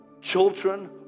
children